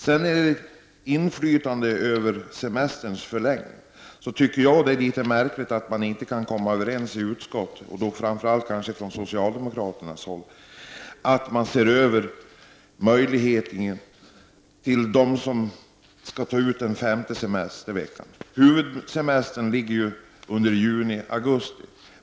Beträffande inflytandet över semesterns förläggning tycker jag att det är litet märkligt att man i utskottet inte kan komma överens om, framför allt gäller det socialdemokraterna, att se över människors möjligheter att ta ut den femte semsterveckan. Huvudsemestern skall ju tas ut under juni-augusti.